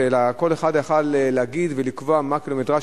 אלא כל אחד יכול היה להגיד ולקבוע מה הקילומטרז'